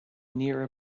near